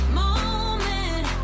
moment